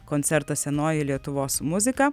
koncertas senoji lietuvos muzika